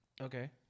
Okay